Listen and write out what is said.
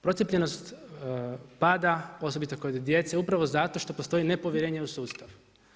Procijepljenost pada osobito kod djece upravo zato što postoji nepovjerenje u sustav.